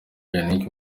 yannick